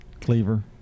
Cleaver